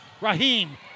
Raheem